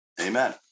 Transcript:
Amen